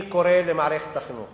אני קורא למערכת החינוך